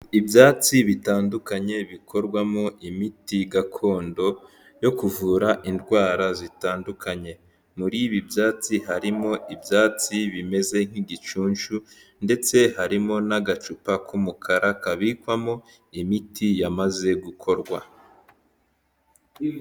Ibyatsi bitandukanye bikorwamo imiti gakondo yo kuvura indwara zitandukanye, muri ibi byatsi harimo ibyatsi bimeze nk'igicunshu ndetse harimo n'agacupa k'umukara, kabikwamo imiti yamaze gukorwa.